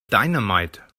dynamite